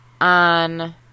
on